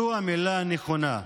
זו המילה הנכונה.